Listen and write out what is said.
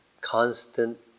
constant